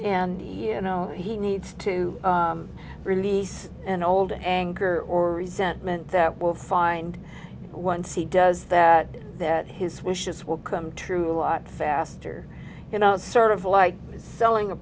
and you know he needs to release an old anger or resentment that will find once he does that that his wishes will come true a lot faster in a sort of like selling a